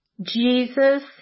Jesus